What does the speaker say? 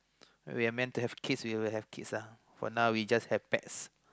we are meant to have kids we will have kids lah for now we just have pets